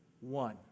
one